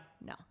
No